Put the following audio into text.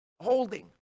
holding